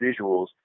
visuals